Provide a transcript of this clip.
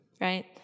right